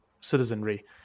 citizenry